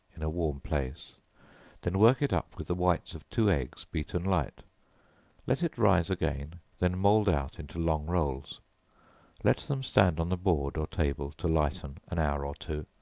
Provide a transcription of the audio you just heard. in a warm place then work it up with the whites of two eggs, beaten light let it rise again, then mould out into long rolls let them stand on the board or table, to lighten, an hour or two,